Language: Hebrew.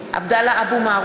(קוראת בשמות חברי הכנסת) עבדאללה אבו מערוף,